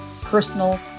personal